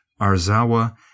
Arzawa